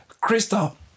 crystal